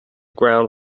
ground